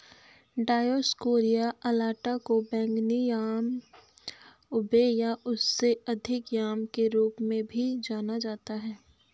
Dioscorea alata को बैंगनी yam ube या उससे अधिक याम के रूप में भी जाना जाता है